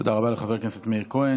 תודה רבה לחבר הכנסת מאיר כהן.